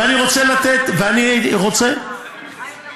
ואני רוצה לתת, זה בבסיס התקציב,